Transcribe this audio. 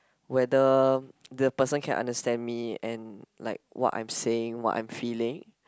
whether the person can understand me and like what I'm saying what I'm feeling